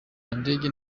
nadege